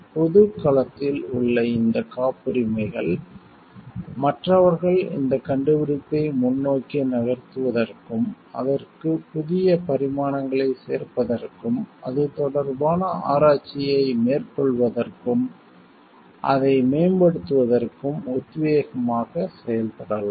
பொதுக் களத்தில் உள்ள இந்தக் காப்புரிமைகள் மற்றவர்கள் இந்தக் கண்டுபிடிப்பை முன்னோக்கி நகர்த்துவதற்கும் அதற்குப் புதிய பரிமாணங்களைச் சேர்ப்பதற்கும் அது தொடர்பான ஆராய்ச்சியை மேற்கொள்வதற்கும் அதை மேம்படுத்துவதற்கும் உத்வேகமாகச் செயல்படலாம்